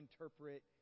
interpret